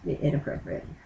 inappropriate